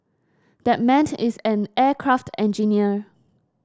that man is an aircraft engineer